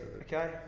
okay